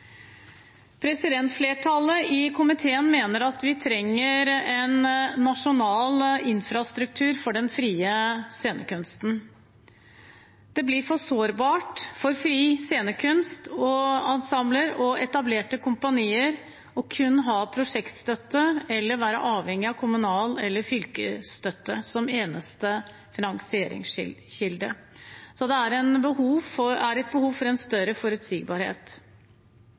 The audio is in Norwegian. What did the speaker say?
Flertallet i komiteen mener at vi trenger en nasjonal infrastruktur for den frie scenekunsten. Det blir for sårbart for fri scenekunst, ensembler og etablerte kompanier kun å ha prosjektstøtte eller å være avhengig av støtte fra kommune eller fylke som eneste finansieringskilde. Det er behov for